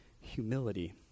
humility